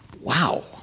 Wow